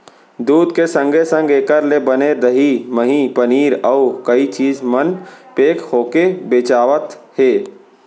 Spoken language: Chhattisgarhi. दूद के संगे संग एकर ले बने दही, मही, पनीर, अउ कई चीज मन पेक होके बेचावत हें